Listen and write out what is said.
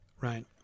right